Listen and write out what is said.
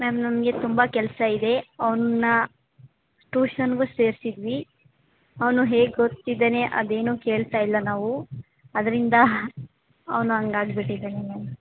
ma'am ನಮಗೆ ತುಂಬ ಕೆಲಸ ಇದೆ ಅವನ್ನ ಟೂಶನ್ಗೂ ಸೇರಿಸಿದ್ವಿ ಅವನು ಹೇಗೆ ಓದ್ತಿದ್ದಾನೆ ಅದೇನು ಕೇಳ್ತಾಯಿಲ್ಲ ನಾವು ಅದರಿಂದ ಅವನು ಹಂಗ್ ಆಗಿಬಿಟ್ಟಿದಾನೆ ಮ್ಯಾಮ್